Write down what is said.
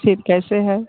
सेब कैसे है